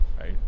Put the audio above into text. right